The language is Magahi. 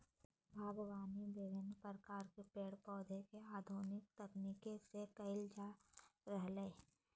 बागवानी विविन्न प्रकार के पेड़ पौधा के आधुनिक तकनीक से कैल जा रहलै